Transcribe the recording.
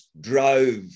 drove